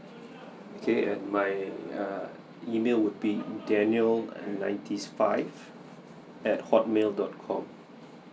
okay and my err email would be daniel and nineties five at hotmail dot com